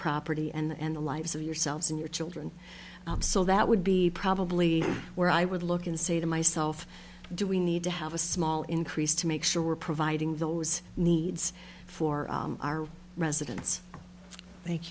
property and the lives of yourselves and your children so that would be probably where i would look and say to myself do we need to have a small increase to make sure we're providing those needs for our residents thank